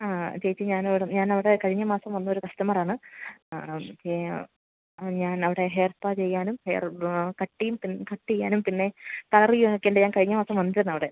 ആ ചേച്ചി ഞാനവിടെ ഞാനവിടെ കഴിഞ്ഞ മാസം വന്നൊരു കസ്റ്റമറാണ് ആ ഓക്കേ ഞാൻ അവിടെ ഹെയർ സ്പാ ചെയ്യാനും ഹെയറിത് കട്ടെയ്യാനും പിന്നെ കളറീയ്യിക്കാൻ കഴിഞ്ഞ മാസം വന്നിരുന്നു അവിടെ